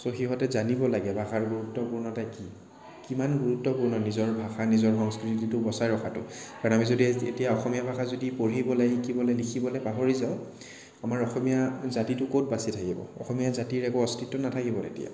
চ' সিহঁতে জানিব লাগে ভাষাৰ গুৰুত্বপূৰ্ণতা কি কিমান গুৰুত্বপূৰ্ণ নিজৰ ভাষা নিজৰ সংস্কৃতিটো বচাই ৰখাটো কাৰণ আমি যদি এতিয়া অসমীয়া ভাষা যদি পঢ়িবলৈ শিকিবলৈ লিখিবলৈ পাহৰি যাওঁ আমাৰ অসমীয়া জাতিটো ক'ত বাচি থাকিব অসমীয়া জাতিৰ একো অস্তিত্বই নাথাকিব তেতিয়া